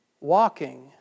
walking